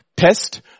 Test